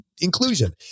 inclusion